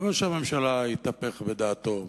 ראש הממשלה התהפך בדעתו.